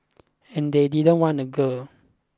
and they didn't want a girl